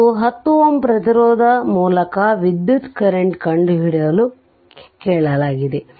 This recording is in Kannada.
ಮತ್ತು 10 Ω ಪ್ರತಿರೋಧ ಮೂಲಕ ವಿದ್ಯುತ್ ಕರೆಂಟ್ ಕಂಡುಹಿಡಿಯಲು ಕೇಳಲಾಗಿದೆ